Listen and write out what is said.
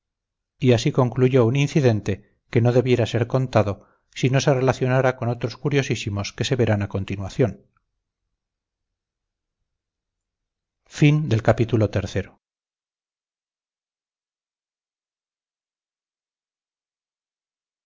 y así concluyó un incidente que no debiera ser contado si no se relacionara con otros curiosísimos que se verán a continuación